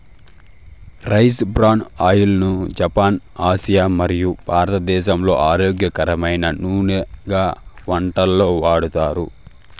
rice bran oil ను Japan, Asia మరియు భారతదేశంలో ఆరోగ్యకరమైన నూనెగా వంటలలో వాడతారు